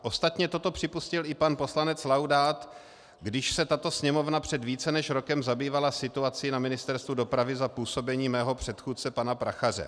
Ostatně toto připustil i pan poslanec Laudát, když se tato Sněmovna více než před rokem zabývala situací na Ministerstvu dopravy za působení mého předchůdce pana Prachaře.